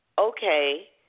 okay